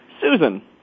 Susan